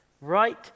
Right